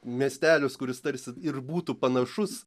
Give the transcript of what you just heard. miestelis kuris tarsi ir būtų panašus